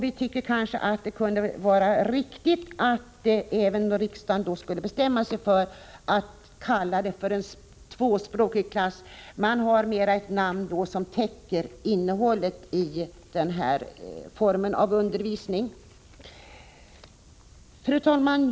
Vi tycker att det skulle vara riktigt om även riksdagen bestämde sig för att kalla hemspråksklasserna för tvåspråkiga klasser. Det är ett namn som mera täcker innehållet i denna form av undervisning. Fru talman!